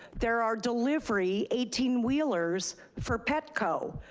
there are delivery eighteen wheelers for petco.